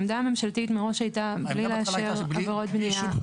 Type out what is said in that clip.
העמדה הממשלתית הייתה מראש בלי לאשר עבירות בניה.